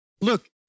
look